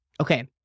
Okay